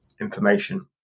information